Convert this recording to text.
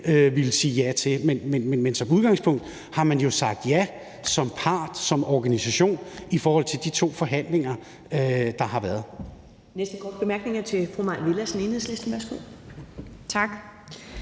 villet sige ja til. Men som udgangspunkt har man jo sagt ja som part, som organisation, i forhold til de to forhandlinger, der har været.